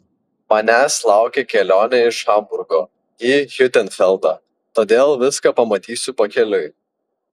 manęs laukia kelionė iš hamburgo į hiutenfeldą todėl viską pamatysiu pakeliui